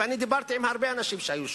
אני דיברתי עם הרבה אנשים שהיו שם.